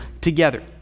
together